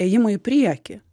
ėjimo į priekį